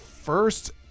First